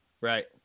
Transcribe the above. Right